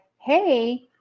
Hey